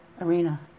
arena